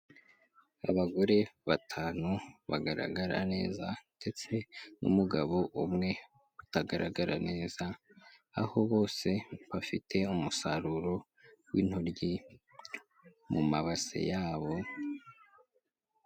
Abagore batanu bagaragara neza ndetse n'umugabo umwe utagaragara neza, aho bose bafite umusaruro w'intoryi mu mabase yabo.